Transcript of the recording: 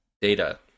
data